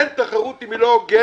אין תחרות אם היא לא הוגנת.